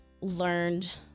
learned